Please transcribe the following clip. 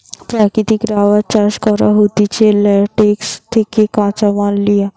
প্রাকৃতিক রাবার চাষ করা হতিছে ল্যাটেক্স থেকে কাঁচামাল লিয়া